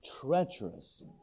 treacherous